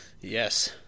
Yes